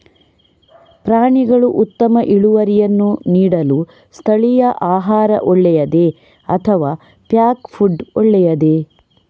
ಪ್ರಾಣಿಗಳು ಉತ್ತಮ ಇಳುವರಿಯನ್ನು ನೀಡಲು ಸ್ಥಳೀಯ ಆಹಾರ ಒಳ್ಳೆಯದೇ ಅಥವಾ ಪ್ಯಾಕ್ ಫುಡ್ ಒಳ್ಳೆಯದೇ?